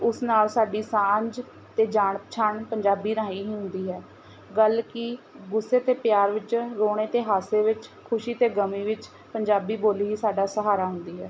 ਉਸ ਨਾਲ਼ ਸਾਡੀ ਸਾਂਝ ਅਤੇ ਜਾਣ ਪਛਾਣ ਪੰਜਾਬੀ ਰਾਹੀਂ ਹੀ ਹੁੰਦੀ ਹੈ ਗੱਲ ਕੀ ਗੁੱਸੇ ਅਤੇ ਪਿਆਰ ਵਿੱਚ ਰੋਣੇ ਅਤੇ ਹਾਸੇ ਵਿੱਚ ਖੁਸ਼ੀ ਅਤੇ ਗਮੀ ਵਿੱਚ ਪੰਜਾਬੀ ਬੋਲੀ ਹੀ ਸਾਡਾ ਸਹਾਰਾ ਹੁੰਦੀ ਹੈ